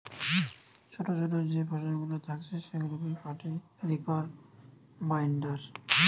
ছোটো ছোটো যে ফসলগুলা থাকছে সেগুলাকে কাটে রিপার বাইন্ডার